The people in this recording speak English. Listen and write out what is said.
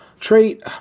Trait